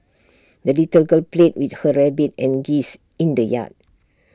the little girl played with her rabbit and geese in the yard